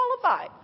qualify